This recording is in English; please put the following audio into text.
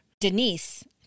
Denise